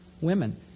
women